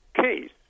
case